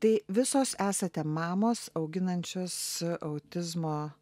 tai visos esate mamos auginančios autizmo